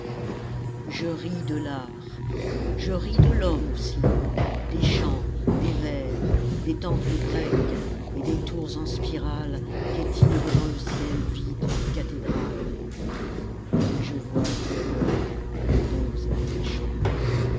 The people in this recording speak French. je ris de l'art je ris de l'homme aussi des chants des vers des temples grecs et des tours en spirales qu'étirent dans le ciel vide les cathédrales et je vois du même oeil les bons et les méchants